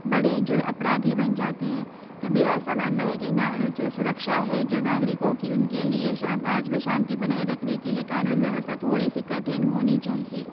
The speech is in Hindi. बड़े जो हैं अपराधी बन जाते हैं तो मेरा ऐसा मानना है कि ना जो सुरक्षा है नागरिकों की उनके लिए शाम आज मैं शांति बनाए रखने के लिए कानून व्यवस्था थोड़ी सी कठिन होनी चाहिए